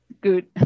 good